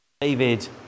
David